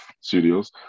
Studios